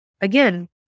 again